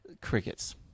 crickets